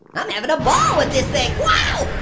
i'm having a ball with this thing,